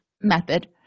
method